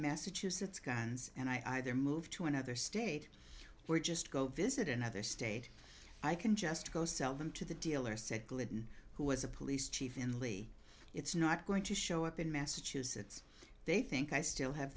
massachusetts guns and i either move to another state where just go visit another state i can just go sell them to the dealer said glidden who was a police chief in lee it's not going to show up in massachusetts they think i still have